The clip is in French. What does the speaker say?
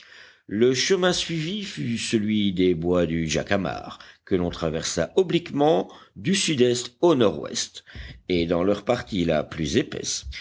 le chemin suivi fut celui des bois du jacamar que l'on traversa obliquement du sud-est au nord-ouest et dans leur partie la plus épaisse